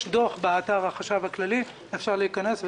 יש דוח באתר החשב הכללי, אפשר להיכנס ולראות.